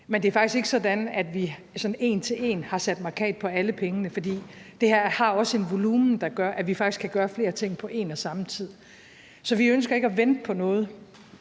Men det er faktisk ikke sådan, at vi en til en har sat mærkat på alle pengene, for det her har også en volumen, der gør, at vi faktisk kan gøre flere ting på en og samme tid. Så vi ønsker ikke at vente på noget,